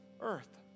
earth